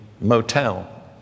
motel